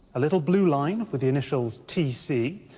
a little blue line, with the initials tc,